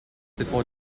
before